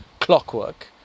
clockwork